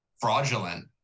fraudulent